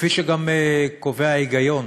וכפי שגם קובע ההיגיון,